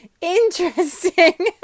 Interesting